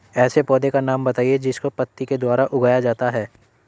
ऐसे पौधे का नाम बताइए जिसको पत्ती के द्वारा उगाया जाता है